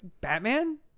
Batman